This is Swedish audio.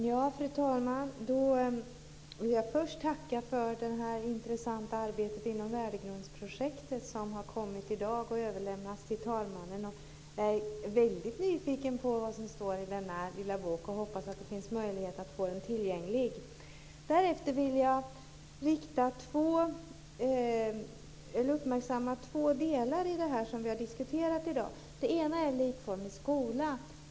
Fru talman! Jag vill först tacka för det intressanta arbete inom Värdegrundsprojektet som har kommit i dag och överlämnats till talmannen. Jag är mycket nyfiken på det som står i denna lilla bok och hoppas att det finns möjlighet att göra den tillgänglig. Därefter vill jag uppmärksamma två delar i det vi har diskuterat i dag. Det ena är en likformig skola.